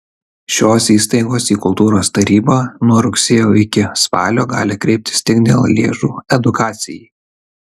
šios įstaigos į kultūros tarybą nuo rugsėjo iki spalio gali kreiptis tik dėl lėšų edukacijai